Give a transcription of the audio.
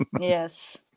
Yes